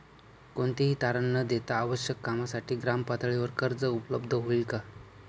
कोणतेही तारण न देता आवश्यक कामासाठी ग्रामपातळीवर कर्ज उपलब्ध होईल का?